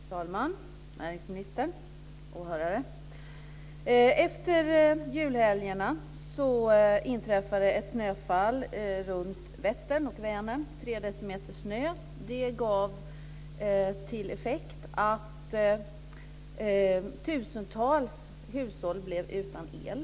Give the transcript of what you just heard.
Fru talman! Näringsminister och åhörare! Efter julhelgerna inträffade ett snöfall runt Vättern och Vänern, 3 decimeter snö. Det gav till effekt att tusentals hushåll blev utan el.